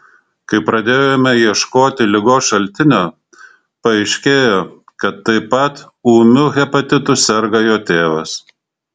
kai pradėjome ieškoti ligos šaltinio paaiškėjo kad taip pat ūmiu hepatitu serga jo tėvas